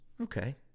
Okay